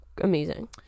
Amazing